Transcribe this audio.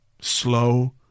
Slow